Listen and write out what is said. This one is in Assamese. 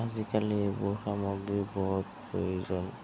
আজিকালি এইবোৰ সামগ্ৰী বহুত প্ৰয়োজন